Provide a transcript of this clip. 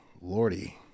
Lordy